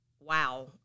wow